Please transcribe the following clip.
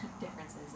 differences